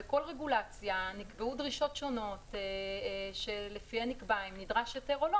בכל רגולציה נקבעו דרישות שונות שלפיהן נקבע אם נדרש היתר או לא.